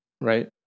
Right